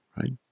right